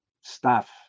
staff